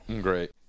Great